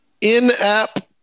In-app